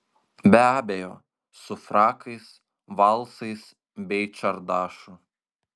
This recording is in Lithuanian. be abejo su frakais valsais bei čardašu